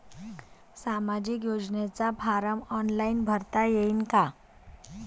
सामाजिक योजनेचा form online भरता येईन का?